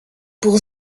pour